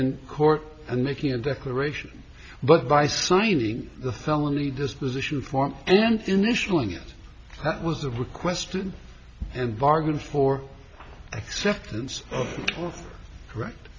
in court and making a declaration but by signing the felony disposition form and initialing it that was the requested and bargain for acceptance of correct